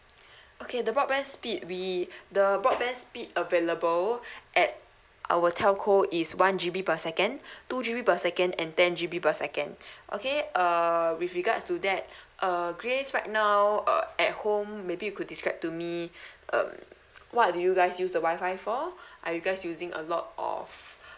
okay the broadband speed we the broadband speed available at our telco is one G_B per second two G_B per second and ten G_B per second okay err with regards to that err grace right now uh at home maybe you could describe to me um what do you guys use the wifi for are you guys using a lot of